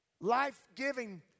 Life-giving